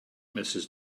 mrs